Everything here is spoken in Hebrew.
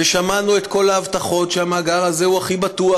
שמענו את כל ההבטחות שהמאגר הזה הוא הכי בטוח,